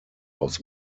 aus